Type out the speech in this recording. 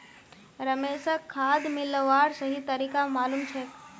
रमेशक खाद मिलव्वार सही तरीका मालूम छेक